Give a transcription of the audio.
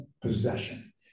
possession